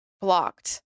blocked